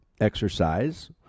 exercise